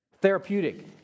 Therapeutic